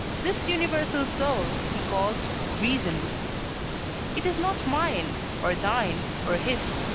this universal soul, he calls reason it is not mine, or thine, or his,